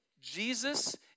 Jesus